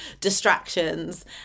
distractions